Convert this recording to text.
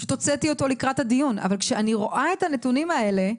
פשוט הוצאתי אותו לקראת הדיון כשאני רואה את הנתונים האלה,